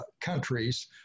countries